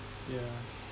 yeah